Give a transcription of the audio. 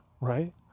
right